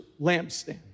lampstand